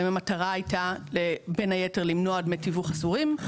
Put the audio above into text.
אם המטרה הייתה בין היתר למנוע דמי תיווך אסורים,